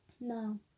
No